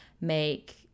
make